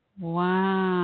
Wow